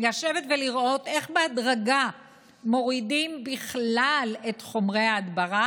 לשבת ולראות איך בהדרגה מורידים בכלל את חומרי ההדברה